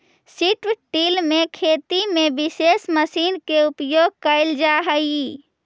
strip till में खेती में विशेष मशीन के उपयोग कैल जा हई